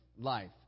life